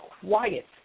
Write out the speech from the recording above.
quiet